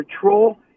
patrol